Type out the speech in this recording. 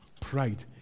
Pride